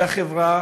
והחברה